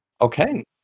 Okay